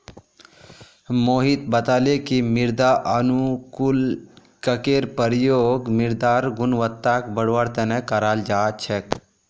मोहित बताले कि मृदा अनुकूलककेर प्रयोग मृदारेर गुणवत्ताक बढ़वार तना कराल जा छेक